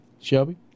Shelby